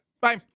Bye